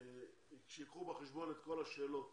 שייקחו בחשבון את כל השאלות